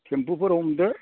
थेम्फुफोर हमदो